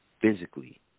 physically